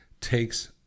takes